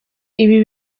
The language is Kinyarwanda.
ibi